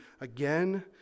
again